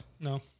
No